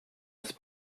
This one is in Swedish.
ett